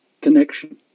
connection